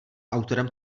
autorem